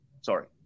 Sorry